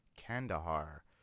Kandahar